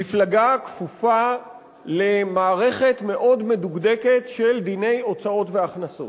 מפלגה כפופה למערכת מאוד מדוקדקת של דיני הוצאות והכנסות.